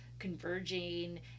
converging